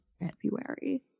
February